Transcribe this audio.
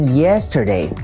yesterday